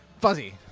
Fuzzy